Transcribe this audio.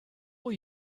will